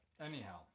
anyhow